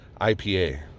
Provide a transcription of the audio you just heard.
IPA